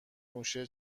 موشه